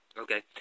Okay